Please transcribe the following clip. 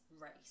race